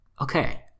Okay